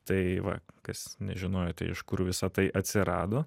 tai va kas nežinojote iš kur visa tai atsirado